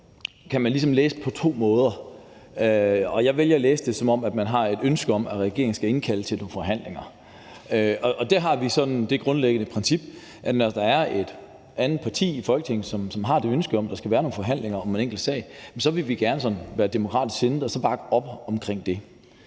man ligesom læse på to måder, og jeg vælger at læse det, som om man har et ønske om, at regeringen skal indkalde til nogle forhandlinger. Der har vi sådan det grundlæggende princip, at når der er et andet parti i Folketinget, som har et ønske om, at der skal være nogle forhandlinger om en enkelt sag, så vil vi gerne være sådan demokratisk sindede og bakke op om det.